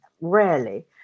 rarely